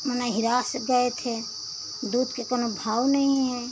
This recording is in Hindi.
मना हिरास गए थे दूध के कोनों भाव नहीं हैं